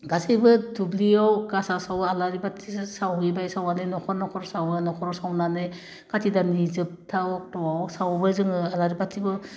गासैबो दुब्लियाव गासा सावयो आलरि बाथि सावहैबाय सावनानै न'खर न'खर सावयो न'खराव सावनानै खाथि दाननि जोबथा अक्ट'आव सावयो जोङो आलारि बाथिखौ